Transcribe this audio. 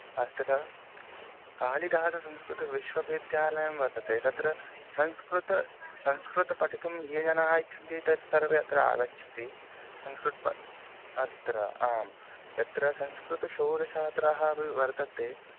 अत्र कालिदाससंस्कृतविश्वविद्यालयः वर्तते तत्र संस्कृतं संस्कृतं पठितुं ये जनाः इच्छन्ति ते सर्वे अत्र आगच्छन्ति संस्कृतं प अत्र आं यत्र संस्कृतशोधछात्राः अपि वर्तते